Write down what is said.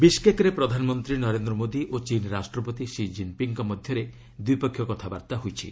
ବିଶ୍କେକ୍ରେ ପ୍ରଧାନମନ୍ତ୍ରୀ ନରେନ୍ଦ୍ର ମୋଦୀ ଓ ଚୀନ୍ ରାଷ୍ଟ୍ରପତି ସି ଜିନ୍ ପିଙ୍ଗ୍ଙ୍କ ମଧ୍ୟରେ ଦ୍ୱିପକ୍ଷିୟ କତାବାର୍ତ୍ତା ହୋଇଛି